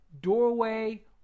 doorway